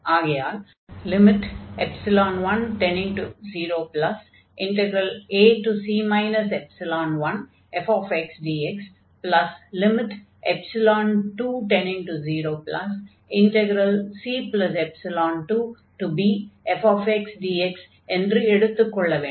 ஆகையால் 10⁡ac 1fxdx20⁡c2bfxdx என்று எடுத்துக்கொள்ள வேண்டும்